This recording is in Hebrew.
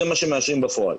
זה מה שמאשרים בפועל.